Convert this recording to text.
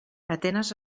atenes